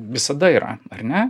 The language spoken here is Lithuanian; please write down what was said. visada yra ar ne